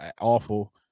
awful